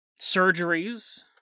surgeries